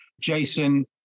Jason